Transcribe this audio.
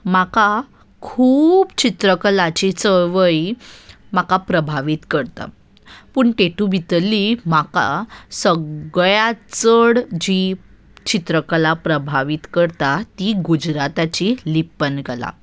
म्हाका खूब चित्रकलाची चळवळ ही म्हाका प्रभावीत करता पूण तातूं भितरली म्हाका सगळ्या चड जी चित्रकला प्रभावीत करता ती गुजराताची लिप्पन कला